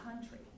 country